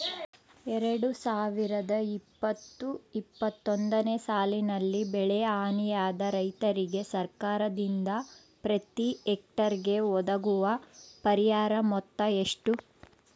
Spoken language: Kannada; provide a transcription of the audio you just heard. ಎರಡು ಸಾವಿರದ ಇಪ್ಪತ್ತು ಇಪ್ಪತ್ತೊಂದನೆ ಸಾಲಿನಲ್ಲಿ ಬೆಳೆ ಹಾನಿಯಾದ ರೈತರಿಗೆ ಸರ್ಕಾರದಿಂದ ಪ್ರತಿ ಹೆಕ್ಟರ್ ಗೆ ಒದಗುವ ಪರಿಹಾರ ಮೊತ್ತ ಎಷ್ಟು?